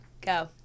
Go